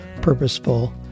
purposeful